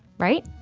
right?